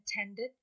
attended